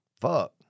Fuck